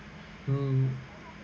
hmm